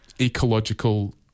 ecological